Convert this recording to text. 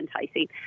enticing